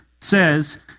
says